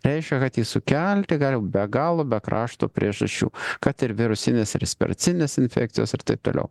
reiškia kad jį sukelti gali be galo be krašto priežasčių kad ir virusinės respiracinės infekcijos ir taip toliau